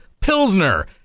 Pilsner